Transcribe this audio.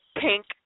pink